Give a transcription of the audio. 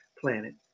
planet